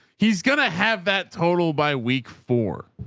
he's going to have that total by week four,